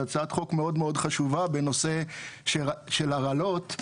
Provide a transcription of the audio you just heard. הצעת חוק מאוד מאוד חשובה בנושא של הרעלות,